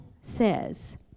says